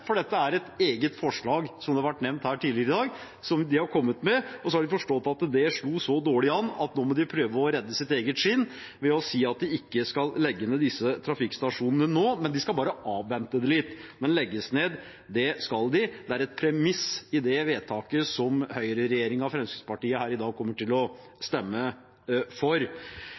for dette er et eget forslag, som det har vært nevnt her tidligere i dag, som de har kommet med, og så har de forstått at det slo så dårlig an at nå må de prøve å redde sitt eget skinn ved å si at de ikke skal legge ned disse trafikkstasjonene nå, de skal bare avvente det litt. Men legges ned skal de. Det er et premiss i det forslaget som regjeringspartiene og Fremskrittspartiet i dag kommer til å stemme for.